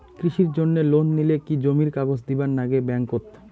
কৃষির জন্যে লোন নিলে কি জমির কাগজ দিবার নাগে ব্যাংক ওত?